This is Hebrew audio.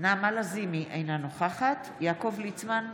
נעמה לזימי, אינה נוכחת יעקב ליצמן,